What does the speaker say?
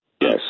Yes